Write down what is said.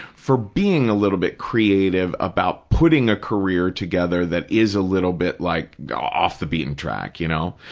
for being a little bit creative about putting a career together that is a little bit like off the beaten track, you know.